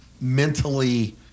mentally